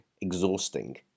exhausting